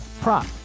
prop